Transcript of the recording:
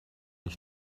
ich